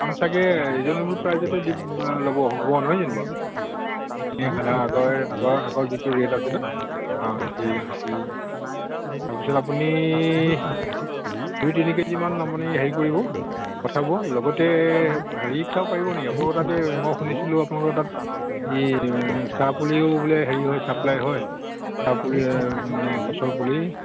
দাম চাগৈ ৰিজনেৱল প্ৰাইজতে দি ল'ব হ'ব নহয় জানো বাৰু এতিয়া সাধাৰণ আগৰ আগৰ আগৰ যিটো ৰেট আছিলে অঁ ঠিক ঠিক আছে তাৰপিছত আপুনি দুই তিনি কেজিমান আপুনি হেৰি কৰিব পঠাব লগতে হেৰি পঠাব পাৰিব নি আপোনালোকৰ তাতে মই শুনিছিলোঁ আপোনালোকৰ তাত এই চাহপুলিও বোলে হেৰি হয় চাপ্লাই হয় চাহ পুলি মানে গছৰ পুলি